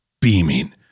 beaming